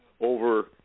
over